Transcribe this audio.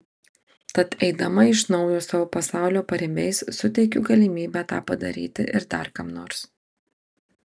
tad eidama iš naujo savo pasaulio paribiais suteikiu galimybę tą padaryti ir dar kam nors